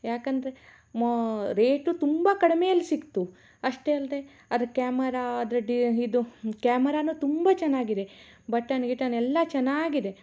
ಯಾಕಂದರೆ ಮೋ ರೇಟು ತುಂಬ ಕಡ್ಮೆಯಲ್ಲಿ ಸಿಕ್ತು ಅಷ್ಟೇ ಅಲ್ದೆ ಅದ್ರ ಕ್ಯಾಮರಾ ಅದ್ರ ಡೀ ಇದು ಕ್ಯಾಮರಾನು ತುಂಬ ಚೆನ್ನಾಗಿದೆ ಬಟನ್ ಗಿಟನ್ ಎಲ್ಲಾ ಚೆನ್ನಾಗಿದೆ